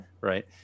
Right